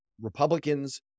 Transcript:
Republicans